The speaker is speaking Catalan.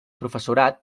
professorat